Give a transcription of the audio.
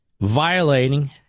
violating